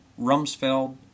Rumsfeld